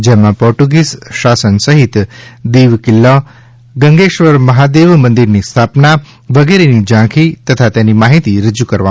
જેમાં પોર્ટુગીઝ શાસન સહિત દીવ કિલ્લા ગંગેશ્વર મહાદેવ મંદીરની સ્થાપના વગેરેની ઝાંખી તથા તેની માહિતી રજૂ કરવામાં આવી છે